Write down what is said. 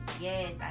yes